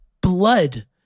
blood